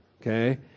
okay